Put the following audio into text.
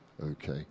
okay